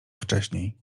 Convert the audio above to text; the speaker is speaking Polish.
wcześniej